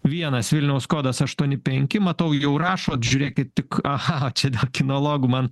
vienas vilniaus kodas aštuoni penki matau jau rašot žiūrėkit tik aha čia ne kinologu man